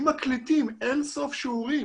אם מקליטים אין סוף שיעורים,